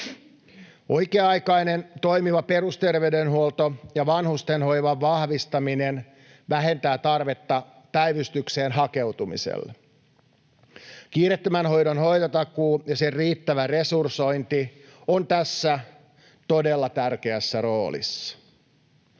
Oikea-aikainen toimiva perusterveydenhuolto ja vanhustenhoivan vahvistaminen vähentävät tarvetta päivystykseen hakeutumiselle. Kiireettömän hoidon hoitotakuu ja sen riittävä resursointi ovat tässä todella tärkeässä roolissa.